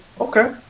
Okay